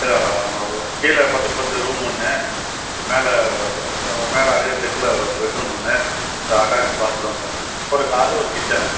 இல்லை ஆமாம் ரூ கீழே பத்துக்குப் பத்து ரூமு ஒன்று மேலே மேலே அதே சைஸ்ல ஒரு பெட் ரூம் ஒன்று ஒரு அட்டாச்டு பாத்ரூமு ஒரு ஹாலு ஒரு கிச்சனு